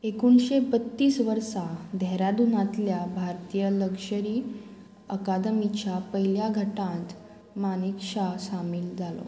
एकोणशे बत्तीस वर्सा धेरादून भारतीय लक्षरी अकादमीच्या पयल्या घटांत मानीक शाह सामील जालो